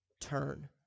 Turn